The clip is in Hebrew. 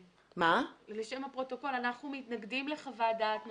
לשם הפרוטוקול, אנחנו מתנגדים לחוות דעת נוספת.